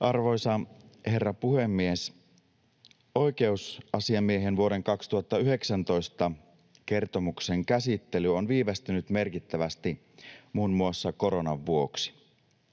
Arvoisa herra puhemies! Oikeusasiamiehen vuoden 2019 kertomuksen käsittely on viivästynyt merkittävästi muun muassa koronan vuoksi.